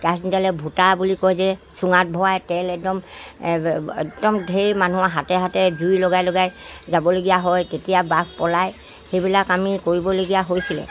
কেৰাচিন তেলে ভূটা বুলি কয় যে চুঙাত ভৰাই তেল একদম একদম ঢেৰ মানুহৰ হাতে হাতে জুই লগাই লগাই যাবলগীয়া হয় তেতিয়া বাঘ পলাই সেইবিলাক আমি কৰিবলগীয়া হৈছিলে